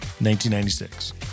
1996